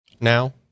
Now